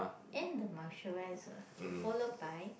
and the moisturiser followed by